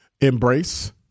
Embrace